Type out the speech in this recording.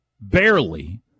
Barely